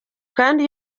kandi